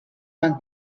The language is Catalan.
van